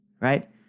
right